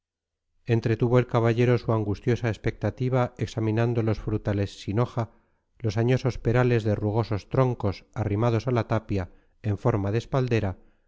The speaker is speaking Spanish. lozanas entretuvo el caballero su angustiosa expectativa examinando los frutales sin hoja los añosos perales de rugosos troncos arrimados a la tapia en forma de espaldera